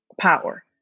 power